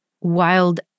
Wild